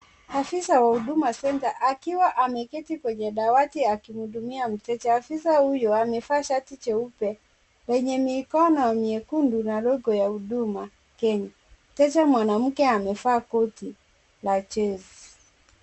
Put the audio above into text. Afisa wa HUDUMA CENTER akiwa ameketi kwenye dawati akihudumia mteja. Afisa huyo amevaa shati jeupe yenye mikono nyekundu na logo ya HUDUMA KENYA. Mteja mwanaume amevaa koti jezi.